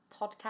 podcast